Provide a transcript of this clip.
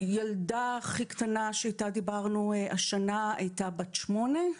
הילדה הכי קטנה שאיתה דיברנו השנה הייתה בת שמונה,